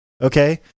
Okay